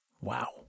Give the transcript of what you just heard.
Wow